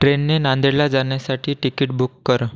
ट्रेनने नांदेडला जाण्यासाठी तिकीट बुक कर